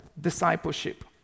discipleship